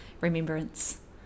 remembrance